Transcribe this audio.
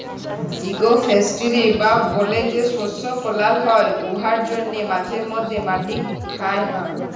agro forestry বা বলে যে শস্য ফলাল হ্যয় উয়ার জ্যনহে মাঝে ম্যধে মাটির খ্যয় হ্যয়